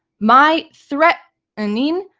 my threatening i mean